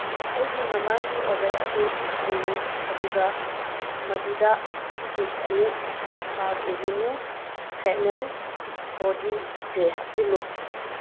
ꯑꯩꯒꯤ ꯃꯃꯥꯡꯒꯤ ꯑꯣꯔꯗꯔ ꯑꯗꯨ ꯍꯜꯂꯨ ꯑꯗꯨꯒ ꯃꯗꯨꯗ ꯄꯤꯁ ꯑꯅꯤ pack avenue fragrance body spray ꯍꯥꯞꯆꯤꯜꯂꯨ